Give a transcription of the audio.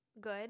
good